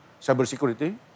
cybersecurity